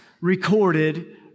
recorded